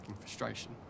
frustration